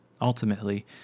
Ultimately